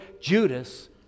Judas